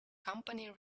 company